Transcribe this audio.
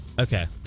Okay